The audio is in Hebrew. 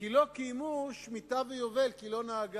כי לא קיימו שמיטה ויובל, כי היא לא נהגה.